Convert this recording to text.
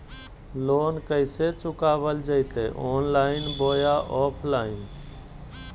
Loan कैसे चुकाबल जयते ऑनलाइन बोया ऑफलाइन?